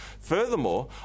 Furthermore